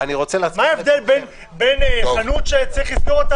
מה ההבדל בין חנות שצריך לסגור,